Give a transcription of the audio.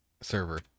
server